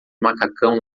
macacão